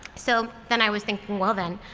so then i was thinking, well then,